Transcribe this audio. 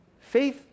Faith